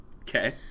Okay